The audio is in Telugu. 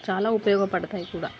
చాలా ఉపయోగపడతాయి కూడా